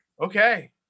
Okay